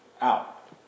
out